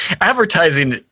Advertising